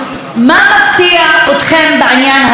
מה מפתיע אתכם בעניין הזה?